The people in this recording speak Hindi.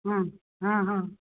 हाँ हाँ हाँ हम्म